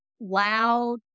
loud